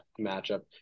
matchup